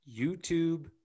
youtube